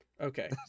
Okay